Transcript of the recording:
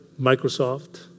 Microsoft